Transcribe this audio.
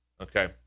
Okay